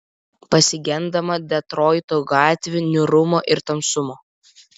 pasigendama detroito gatvių niūrumo ir tamsumo